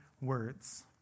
words